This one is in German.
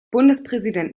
bundespräsident